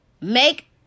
make